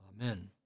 Amen